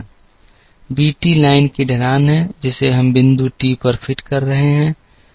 BT line की ढलान है जिसे हम बिंदु टी पर फिट कर रहे हैं